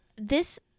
this-